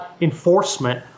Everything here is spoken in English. enforcement